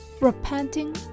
repenting